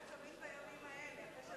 תמיד בימים האלה,